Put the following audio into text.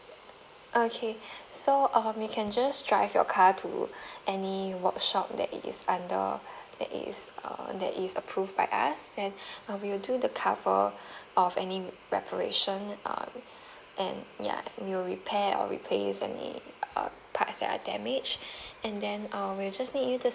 okay so um you can just drive your car to any workshop that is under that is uh that is approved by us then uh we will do the cover of any reparation uh and ya we will repair or replace any err parts that are damaged and then uh we will just need you to